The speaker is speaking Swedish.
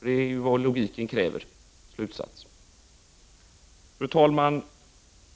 Det är den logiska slutsatsen. Fru talman!